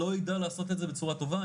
לא יידע לעשות את זה בצורה טובה.